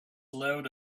loud